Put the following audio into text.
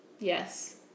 Yes